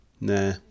Nah